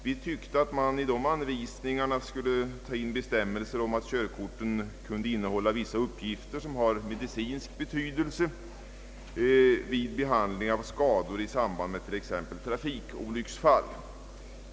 Vi tyckte att man i de anvisningarna kunde ta in bestämmelser om att körkort skall innehålla vissa uppgifter av medicinsk betydelse vid behandling av skador i samband med t.ex. trafikolycksfall.